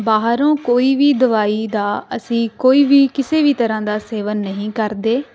ਬਾਹਰੋਂ ਕੋਈ ਵੀ ਦਵਾਈ ਦਾ ਅਸੀਂ ਕੋਈ ਵੀ ਕਿਸੇ ਵੀ ਤਰ੍ਹਾਂ ਦਾ ਸੇਵਨ ਨਹੀਂ ਕਰਦੇ